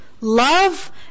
Love